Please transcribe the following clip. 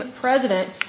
president